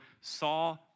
saw